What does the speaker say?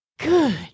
Good